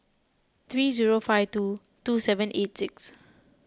three zero five two two seven eight six